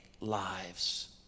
lives